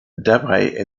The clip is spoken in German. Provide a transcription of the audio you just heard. dabei